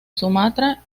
sumatra